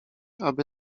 aby